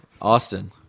Austin